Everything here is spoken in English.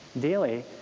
daily